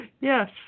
Yes